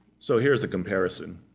so here's the comparison.